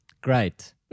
Great